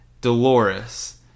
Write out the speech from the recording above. Dolores